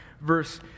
verse